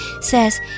says